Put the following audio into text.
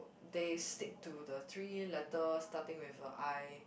they stick to the three letter starting with a i